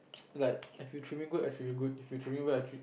like if you treat me good I treat you good if you treat me bad I treat